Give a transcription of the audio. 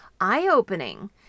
eye-opening